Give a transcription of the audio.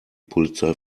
polizei